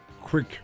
quick